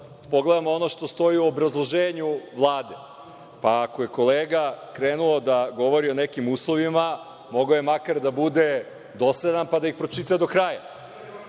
pogledamo ono što stoji u obrazloženju Vlade. Ako je kolega krenuo da govori o nekim uslovima, mogao je makar da bude dosledan i da ih pročita do kraja.